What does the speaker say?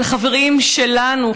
על חברים שלנו,